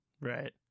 right